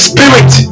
Spirit